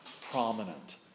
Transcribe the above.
prominent